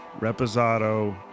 Reposado